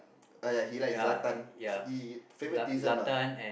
ah yeah he likes Zlatan he he favoritism lah